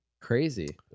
Crazy